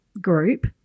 group